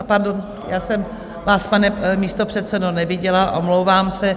Pardon, já jsem vás, pane místopředsedo, neviděla, omlouvám se.